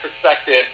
perspective